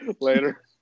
Later